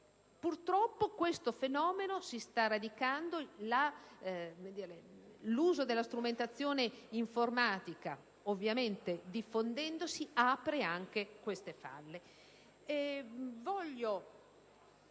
Purtroppo il fenomeno si sta radicando. L'uso della strumentazione informatica infatti, diffondendosi, apre anche queste falle.